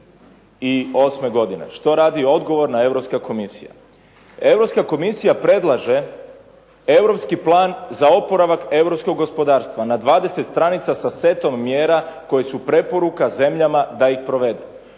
2008. godine? Što radi odgovorna Europska komisija? Europska komisija predlaže europski plan za oporavak europskog gospodarstva na 20 stranica sa setom mjera koje su preporuka zemljama da ih provedu.